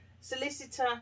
solicitor